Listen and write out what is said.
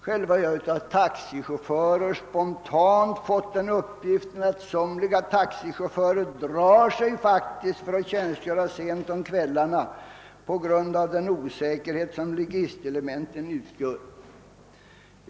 Själv har jag av taxichaufförer spontant fått uppgiften att somliga taxichaufförer faktiskt drar sig för att tjänstgöra sent om kvällarna på grund av den osäkerhet som ligistelementen skapar.